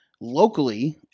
locally